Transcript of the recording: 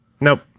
Nope